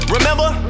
Remember